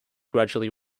gradually